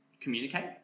communicate